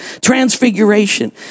Transfiguration